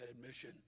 admission